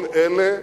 כל אלה,